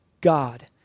God